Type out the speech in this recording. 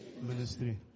ministry